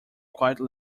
quite